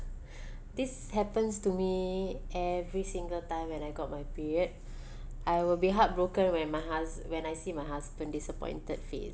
this happens to me every single time when I got my period I will be heartbroken when my hus~ when I see my husband disappointed face